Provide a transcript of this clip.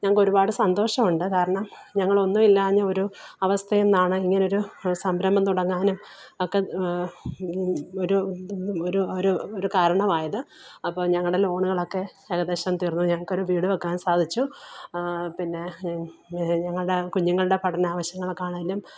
ഞങ്ങൾക്ക് ഒരുപാട് സന്തോഷമുണ്ട് കാരണം ഞങ്ങളൊന്നുമില്ലാഞ്ഞ ഒരു അവസ്ഥയിൽ നിന്നാണ് ഇങ്ങനെയൊരു സംരംഭം തുടങ്ങാനും ഒക്കെ ഒരു ഒരു ഒരു ഒരു കാരണമായത് അപ്പം ഞങ്ങളുടെ ലോണുകളെക്കെ ഏകദേശം തീര്ന്നു ഞങ്ങൾക്കൊരു വീട് വെക്കാന് സാധിച്ചു പിന്നെ ഞങ്ങളുടെ കുഞ്ഞുങ്ങളുടെ പഠനാവിശ്യങ്ങള്ക്കാണെങ്കിലും